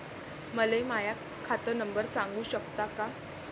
मले माह्या खात नंबर सांगु सकता का?